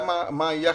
מה היחס,